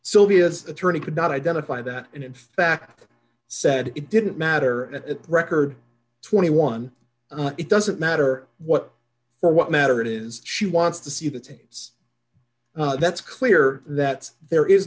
sylvia's attorney could not identify that in fact said it didn't matter at record twenty one it doesn't matter what or what matter it is she wants to see the teams that's clear that there is